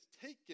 taken